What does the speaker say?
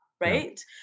right